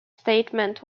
statement